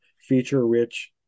feature-rich